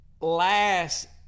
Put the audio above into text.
last